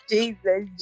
Jesus